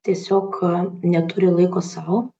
tiesiog neturi laiko sau